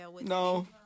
No